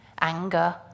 anger